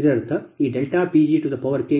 ಇದರರ್ಥ ಈ PgPLPLossK